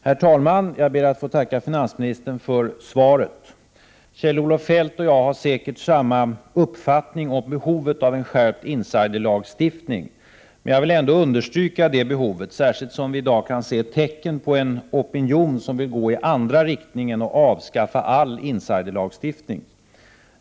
Herr talman! Jag ber att få tacka finansministern för svaret. Kjell-Olof Feldt och jag har säkert samma uppfattning om behovet av en skärpt insiderlagstiftning. Jag vill ändå understryka det behovet, särskilt som vi kan se tecken på en opinion som vill gå i andra riktningen och avskaffa all insiderlagstiftning.